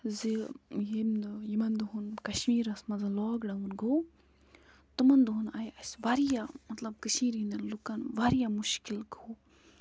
زِ ییٚمہِ دۄہ یِمن دۄہَن کَشمیٖرَس منٛز لاکڈَوُن گوٚو تمَن دۄہن آیہِ اَسہِ واریاہ مطلب کٔشیٖرِ ہِندٮ۪ن لُکن واریاہ مُشکِل گوٚو